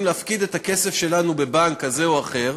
להפקיד את הכסף שלנו בבנק כזה או אחר,